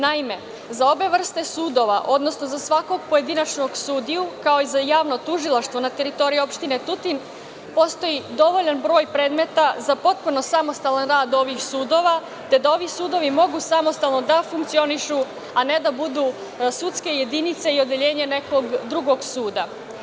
Naime, za obe vrste sudova, odnosno za svakog pojedinačnog sudiju, kao i za Javno tužilaštvo na teritoriji opštine Tutin postoji dovoljan broj predmeta za potpuno samostalan rad ovih sudova, da ovi sudovi mogu samostalno da funkcionišu, a ne da budu sudske jedinice i odeljenje nekog drugog suda.